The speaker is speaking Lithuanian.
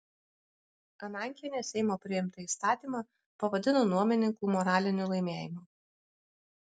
anankienė seimo priimtą įstatymą pavadino nuomininkų moraliniu laimėjimu